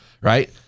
right